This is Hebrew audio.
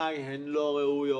בעיניי הן לא ראויות.